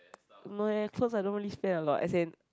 no eh cause I don't really spend a lot as in